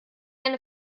eine